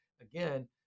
again